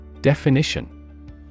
Definition